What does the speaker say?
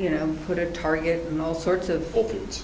you know put a target in all sorts of options